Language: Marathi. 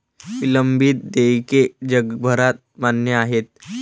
विलंबित देयके जगभरात मान्य आहेत